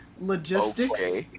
Logistics